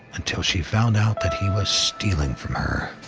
until she found out that he was stealing from her.